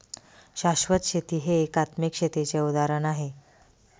शाश्वत शेती हे एकात्मिक शेतीचे उदाहरण आहे